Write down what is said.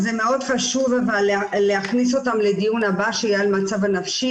זה מאוד חשוב להכניס אותם לדיון הבא שיהיה על המצב הנפשי